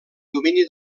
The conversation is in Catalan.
domini